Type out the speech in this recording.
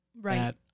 Right